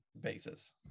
basis